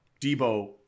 Debo